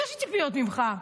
יש לי ציפיות ממך.